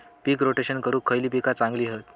पीक rotation करूक खयली पीका चांगली हत?